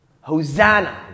Hosanna